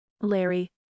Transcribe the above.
Larry